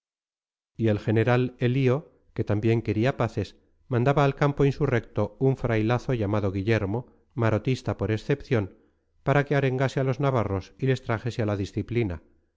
y el general elío que también quería paces mandaba al campo insurrecto a un frailazo llamado guillermo marotista por excepción para que arengase a los navarros y les trajese a la disciplina